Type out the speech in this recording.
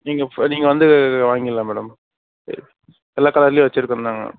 நீங்கள் நீங்கள் வந்து வாங்கிக்கலாம் மேடம் எல்லா கலருலேயும் வச்சிருக்கோம் நாங்கள்